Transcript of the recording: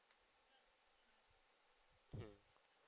mmhmm